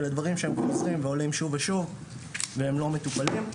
אלה דברים שחוזרים ועולים שוב ושוב והם לא מטופלים.